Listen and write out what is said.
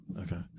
Okay